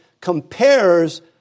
compares